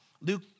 Luke